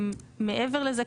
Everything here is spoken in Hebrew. מעבר לזה,